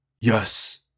Yes